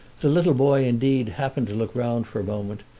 the little boy indeed happened to look round for a moment,